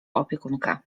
opiekunkę